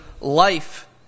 life